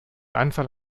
anzahl